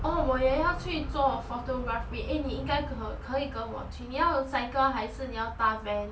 orh 我也要去做 photography eh 你应该可以跟我去你要 cycle 还是你要搭 van